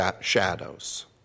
shadows